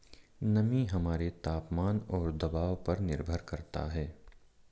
नमी हमारे तापमान और दबाव पर निर्भर करता है